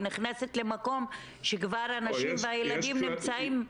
היא נכנסת למקום שכבר הנשים והילדים נמצאים.